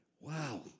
Wow